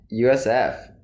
USF